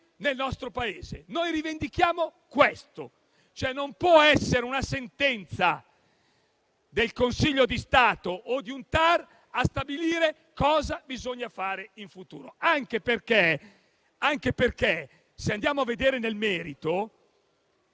nel nostro Paese. È questo ciò che noi rivendichiamo: non può essere una sentenza del Consiglio di Stato o di un TAR a stabilire cosa bisogna fare in futuro, anche perché se andiamo a vedere nel merito,